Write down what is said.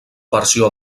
versió